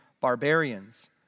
barbarians